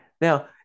Now